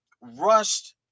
rushed